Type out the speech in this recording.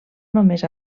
només